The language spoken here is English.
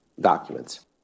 documents